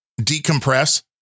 decompress